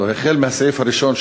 החל מהסעיף הראשון,